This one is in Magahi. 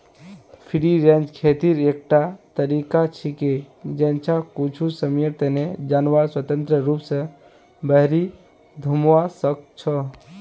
फ्री रेंज खेतीर एकटा तरीका छिके जैछा कुछू समयर तने जानवर स्वतंत्र रूप स बहिरी घूमवा सख छ